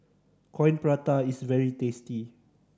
Coin Prata is very tasty